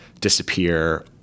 disappear